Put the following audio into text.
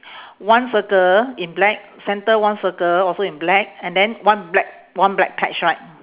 one circle in black centre one circle also in black and then one black one black patch right